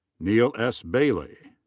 neil s. bailey.